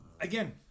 again